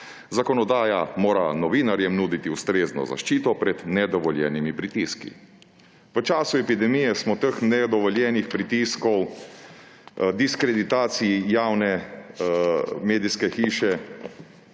Zakonodaja mora novinarjem nuditi ustrezno zaščito pred nedovoljenimi pritiski. V času epidemije smo teh nedovoljenih pritiskov, diskreditacij javne medijske hiše